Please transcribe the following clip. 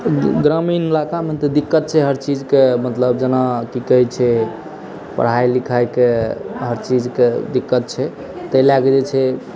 ग्रामीण इलाकामे तऽ दिक्कत छै हर चीजके मतलब जेना की कहैत छै पढ़ाइ लिखाइके हर चीजके दिक्कत छै ताहि लए कऽ जे छै